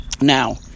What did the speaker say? now